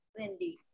lindy